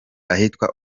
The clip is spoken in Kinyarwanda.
ahitwa